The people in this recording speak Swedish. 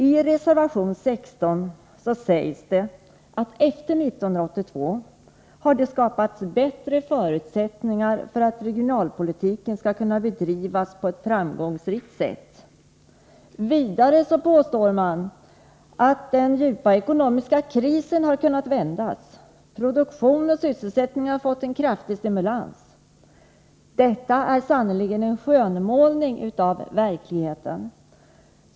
I reservation 16 sägs att efter 1982 har det skapats bättre förutsättningar för att regionalpolitiken skall kunna bedrivas på ett framgångsrikt sätt. Vidare påstår man att den djupa ekonomiska krisen har kunnat vändas, att produktion och sysselsättning har fått en kraftig stimulans. Detta är sannerligen en skönmålning av verkligheten.